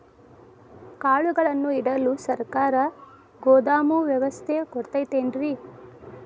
ಕಾಳುಗಳನ್ನುಇಡಲು ಸರಕಾರ ಗೋದಾಮು ವ್ಯವಸ್ಥೆ ಕೊಡತೈತೇನ್ರಿ?